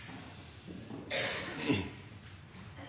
i